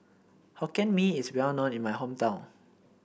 Hokkien Mee is well known in my hometown